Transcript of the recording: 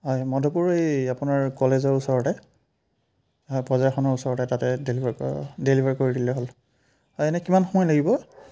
হয় মধুপুৰ এই আপোনাৰ কলেজৰ ওচৰতে হয় বজাৰখনৰ ওচৰতে তাতে ডেলিভাৰ কৰা ডেলিভাৰ কৰি দিলেই হ'ল এনেই কিমান সময় লাগিব